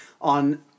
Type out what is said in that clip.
on